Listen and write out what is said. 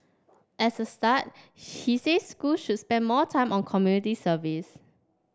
as a start he says schools should spend more time on community service